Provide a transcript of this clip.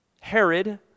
Herod